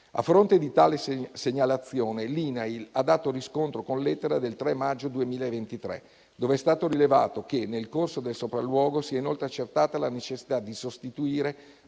A fronte di tale segnalazione, l'INAIL ha dato riscontro con lettera del 3 maggio 2023, dove è stato rilevato che nel corso del sopralluogo si è inoltre accertata la necessità di sostituire